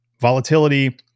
Volatility